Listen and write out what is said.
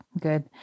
good